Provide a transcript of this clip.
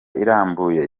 irambuye